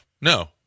No